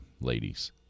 ladies